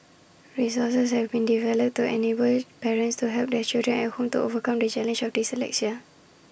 resources have been developed to enable parents to help their children at home to overcome the challenge of dyslexia